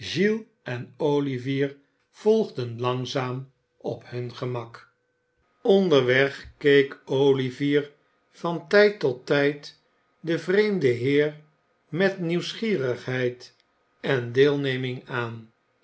en olivier volgden langzaam op hun gemak onderweg keek olivier van tijd tot tijd den vreemden heer met nieuwsgierigheid en deelneming aan